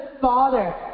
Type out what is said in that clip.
father